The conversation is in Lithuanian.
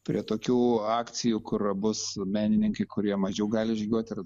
prie tokių akcijų kur bus menininkai kurie mažiau gali žygiuot ir